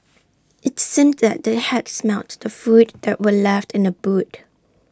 IT seemed that they had smelt the food that were left in the boot